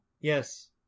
Yes